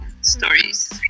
stories